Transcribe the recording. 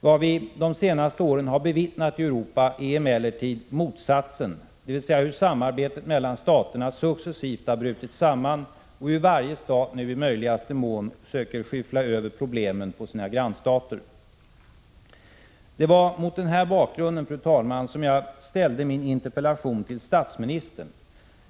Vad vi de senaste åren har bevittnat i Europa är emellertid motsatsen, dvs. hur samarbetet mellan staterna successivt har brutit samman och hur varje stat nu i möjligaste mån söker skyffla över problemen på sina grannstater. Det var mot denna bakgrund, fru talman, som jag ställde min interpellation till statsministern.